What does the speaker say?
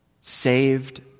saved